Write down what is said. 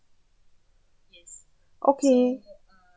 okay